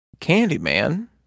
Candyman